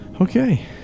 Okay